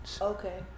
okay